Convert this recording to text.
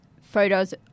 photos